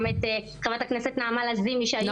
את חה"כ נעמה לזימי שהיו לצידנו לאורך כל הדרך.